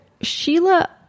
Sheila